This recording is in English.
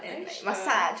are you sure